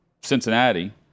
Cincinnati